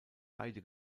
beide